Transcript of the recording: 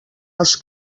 els